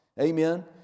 Amen